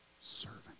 servant